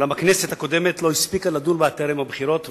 אולם הכנסת הקודמת לא הספיקה לדון בה טרם הבחירות,